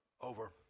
over